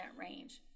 range